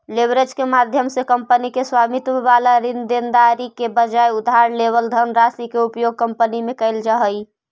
leverage के माध्यम से कंपनी के स्वामित्व वाला ऋण देनदारी के बजाय उधार लेवल धनराशि के उपयोग कंपनी में कैल जा हई